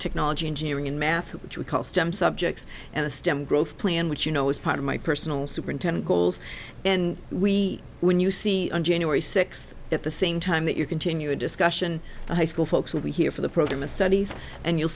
technology engineering and math which we call stem subjects and the stem growth plan which you know is part of my personal superintend goals and we when you see on january sixth at the same time that you continue a discussion of high school folks will be here for the program of studies and you'll